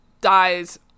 dies